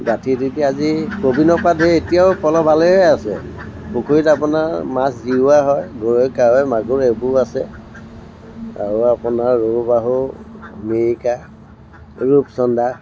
গাঁথি দি দি আজি ক'ভিডৰ পৰা ধৰি এতিয়াও প'ল' ভালেই হৈ আছে পুখুৰীত আপোনাৰ মাছ জীয়োৱা হয় গৰৈ কাৱৈ মাগুৰ এইবোৰ আছে আৰু আপোনাৰ ৰৌ বাহু মিৰিকা ৰূপচন্দা